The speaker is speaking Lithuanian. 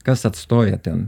kas atstoja ten